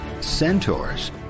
centaurs